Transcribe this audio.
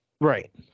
right